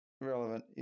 relevant